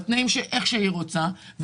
בתנאים כפי שהיא רוצה,